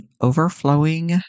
overflowing